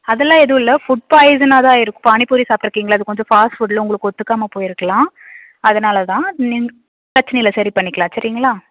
அதலாம் எதுவும் இல்லை ஃபுட் பாய்சனா தான் இருக்கும் பானி பூரி சாப்பிட்ருக்கிங்கள அது கொஞ்சம் ஃபாஸ்ட் ஃபுட்ல்ல உங்களுக்கு ஒத்துக்காமல் போயிருக்கலாம் அதனால் தான் எதுவும் பிரச்சினை இல்லை சரி பண்ணிக்கலாம் சரிங்களா